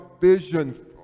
vision